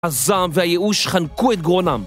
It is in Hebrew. הזעם והייאוש חנקו את גרונם